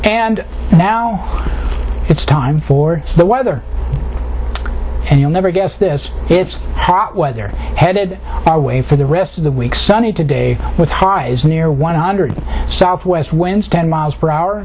and now it's time for the weather and you'll never guess this it's hot weather headed our way for the rest of the week sunny today with highs near one hundred southwest winds ten miles per hour